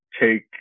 take